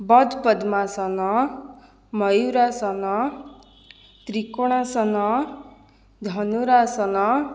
ବଜ୍ପଦ୍ମାସନ ମୟୂରାସନ ତ୍ରିକୋଣାସନ ଧନୁରାସନ